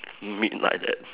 meat like that